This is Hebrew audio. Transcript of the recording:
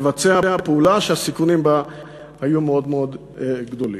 לבצע פעולה שהסיכונים בה היו מאוד מאוד גדולים.